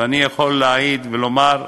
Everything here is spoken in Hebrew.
ואני יכול להעיד ולומר,